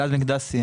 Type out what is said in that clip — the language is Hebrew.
אלעד מקדסי,